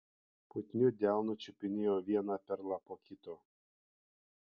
putniu delnu čiupinėjo vieną perlą po kito